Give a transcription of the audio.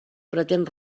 pretén